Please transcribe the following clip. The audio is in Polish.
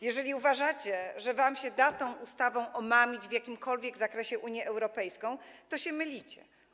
Jeżeli uważacie, że wam się da tą ustawą omamić w jakimkolwiek zakresie Unię Europejską, to się mylicie.